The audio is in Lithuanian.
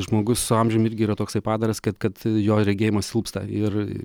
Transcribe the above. žmogus su amžiumi irgi yra toksai padaras kad kad jo regėjimas silpsta ir